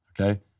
Okay